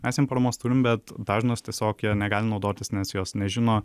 mes jiem paramos turim bet dažnas tiesiog ja negali naudotis nes jos nežino